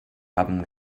haben